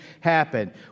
happen